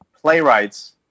playwrights